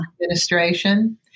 administration